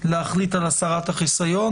להחליט על הסרת החיסיון,